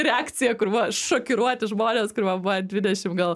reakcija kur va šokiruoti žmonės kur man buvo dvidešim gal